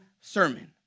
sermon